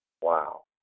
Wow